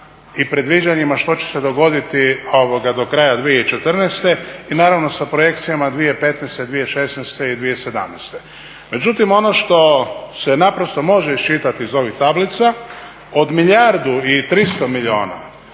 i predviđanjima što će se dogoditi do kraja 2014. i naravno sa projekcijama 2015., 2016. i 2017. Međutim, ono što se naprosto može iščitat iz ovih tablica, od milijardu i 300 milijuna